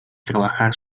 trabajar